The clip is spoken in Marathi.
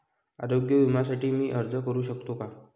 आरोग्य विम्यासाठी मी अर्ज करु शकतो का?